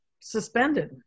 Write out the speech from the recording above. suspended